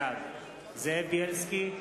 בעד זאב בילסקי,